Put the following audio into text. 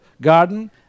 garden